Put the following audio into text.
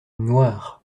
noire